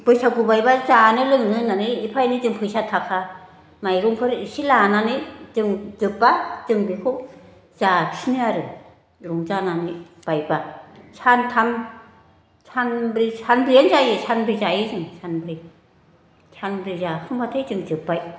बैसागु बायबा जानो लोंनो होननानै एफा एनै जों फैसा थाखा माइरंफोर एसे लानानै जों जोब्बा जों बेखौ जाफिनो आरो रंजानानै बायबा सानथाम सानब्रै सानब्रैयानो जायो सानब्रै जायो जों सानब्रै सानब्रै जाखांबाथाय जों जोब्बाय